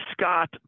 scott